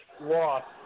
lost